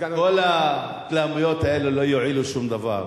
כל ההתלהמויות האלה לא יועילו לשום דבר.